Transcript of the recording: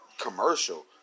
commercial